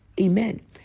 Amen